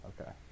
okay